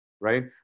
right